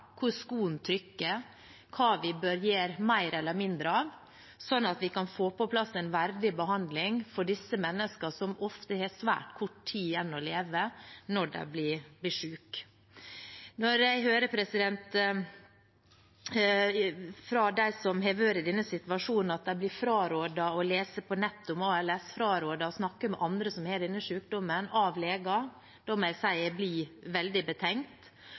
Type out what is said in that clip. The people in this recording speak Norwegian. hvor skoen trykker, hva vi bør gjøre mer eller mindre av, sånn at vi kan få på plass en verdig behandling for disse menneskene, som ofte har svært kort tid igjen å leve når de blir syke. Når jeg hører fra dem som har vært i denne situasjonen, at de av leger blir frarådet å lese på nettet om ALS, blir frarådet å snakke med andre som har denne sykdommen, må jeg si at jeg blir veldig betenkt.